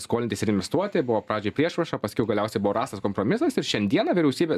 skolintis ir investuoti buvo pradžioj priešprieša paskiau galiausiai buvo rastas kompromisas ir šiandieną vyriausybė